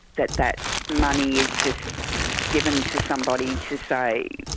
that that money is just given to somebody to say,